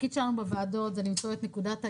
תפקידנו בוועדות הוא למצוא את נקודת האיזון,